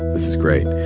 this is great.